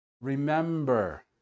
remember